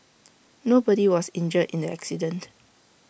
nobody was injured in the accident